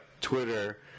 Twitter